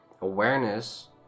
Awareness